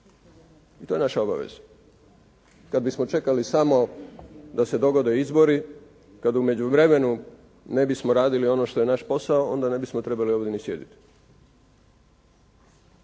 i to je naša obaveza. Kada bismo čekali samo da se dogode izbori kada u međuvremenu ne bismo radili ono što je naš posao onda ne bismo trebali ovdje ni sjediti.